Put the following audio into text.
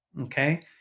Okay